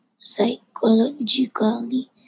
psychologically